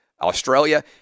Australia